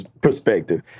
perspective